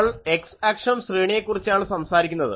നമ്മൾ x അക്ഷം ശ്രേണിയെ കുറിച്ചാണ് സംസാരിക്കുന്നത്